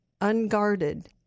unguarded